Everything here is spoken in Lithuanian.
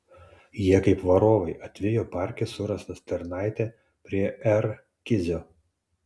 jie kaip varovai atvijo parke surastą stirnaitę prie r kizio